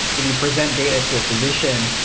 if you present data to a physician,